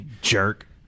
Jerk